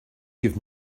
give